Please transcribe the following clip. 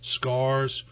scars